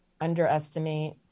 underestimate